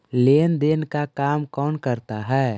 लेन देन का काम कौन करता है?